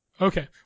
okay